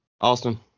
Austin